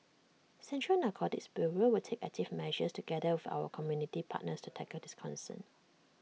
central narcotics bureau will take active measures together with our community partners to tackle this concern